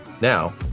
Now